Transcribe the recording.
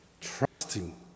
trusting